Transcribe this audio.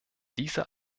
diese